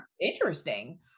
interesting